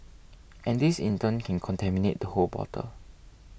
and this in turn can contaminate the whole bottle